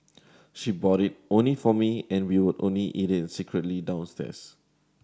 she bought it only for me and we would only eat it secretly downstairs